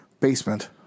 basement